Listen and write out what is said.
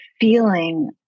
feeling